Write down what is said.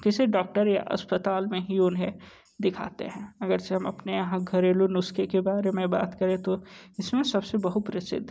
किसी डॉक्टर या अस्पताल में ही उन्हें दिखाते हैं अगर से हम अपने यहाँ घरेलू नुस्ख़े के बारे में बात करें तो इस में सब से बहुप्रसिद्ध